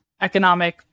economic